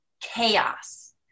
chaos